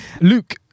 Luke